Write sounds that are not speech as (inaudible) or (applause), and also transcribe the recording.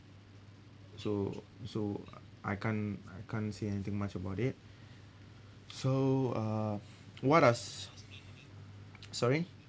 so so I can't I can't say anything much about it so uh (breath) what are s~ sorry